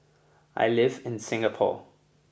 I live in Singapore